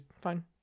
fine